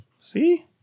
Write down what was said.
See